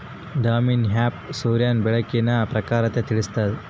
Damini app ಸೂರ್ಯನ ಬೆಳಕಿನ ಪ್ರಖರತೆ ತಿಳಿಸ್ತಾದ